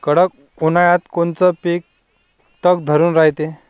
कडक उन्हाळ्यात कोनचं पिकं तग धरून रायते?